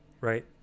right